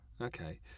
Okay